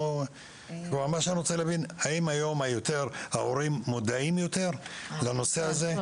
אני רוצה להבין האם היום ההורים מודעים יותר לנושא הזה.